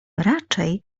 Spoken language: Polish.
raczej